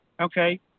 Okay